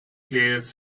players